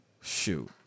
Shoot